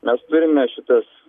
mes turime šitas